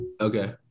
okay